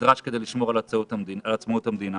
שנדרש כדי לשמור על עצמאות המדינה.